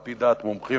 על-פי דעת מומחים,